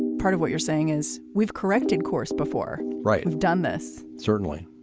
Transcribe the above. part of what you're saying is we've corrected course before, right. we've done this. certainly.